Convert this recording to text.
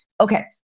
Okay